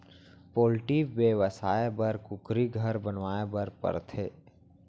poultry बेवसाय बर कुकुरी घर बनवाए बर परथे